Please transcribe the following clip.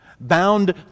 Bound